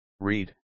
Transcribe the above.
Read